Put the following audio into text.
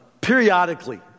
Periodically